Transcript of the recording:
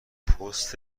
پست